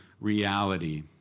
reality